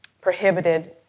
prohibited